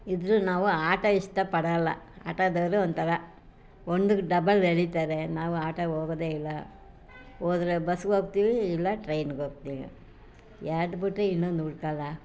ಇದ್ದರೂ ನಾವು ಆಟೊ ಇಷ್ಟಪಡೋಲ್ಲ ಆಟೋದವರು ಒಂಥರ ಒಂದಕ್ಕೆ ಡಬಲ್ ಎಳಿತಾರೆ ನಾವು ಆಟೋಗೆ ಹೋಗೋದೇ ಇಲ್ಲ ಹೋದ್ರೆ ಬಸ್ಸಿಗೆ ಹೋಗ್ತೀವಿ ಇಲ್ಲ ಟ್ರೈನಿಗೆ ಹೋಗ್ತೀವಿ ಎರಡೂ ಬಿಟ್ಟು ಇನ್ನೊಂದು ಹುಡ್ಕೋಲ್ಲ